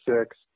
six